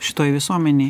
šitoj visuomenėj